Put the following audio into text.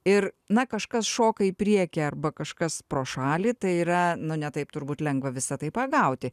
ir na kažkas šoka į priekį arba kažkas pro šalį tai yra nu ne taip turbūt lengva visa tai pagauti